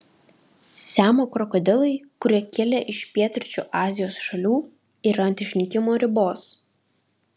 siamo krokodilai kurie kilę iš pietryčių azijos šalių yra ant išnykimo ribos